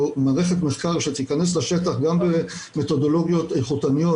מערכת מחקר שתיכנס לשטח גם במתודולוגיות איכותניות,